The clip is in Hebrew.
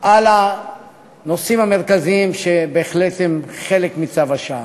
על הנושאים המרכזיים שהם בהחלט חלק מצו השעה.